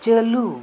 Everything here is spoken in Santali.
ᱪᱟᱹᱞᱩ